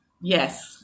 Yes